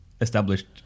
established